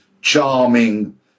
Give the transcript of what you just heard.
charming